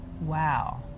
Wow